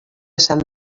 sant